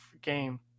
game